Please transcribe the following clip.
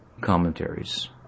commentaries